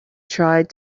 tried